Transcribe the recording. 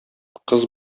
кыз